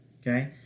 okay